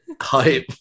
Hype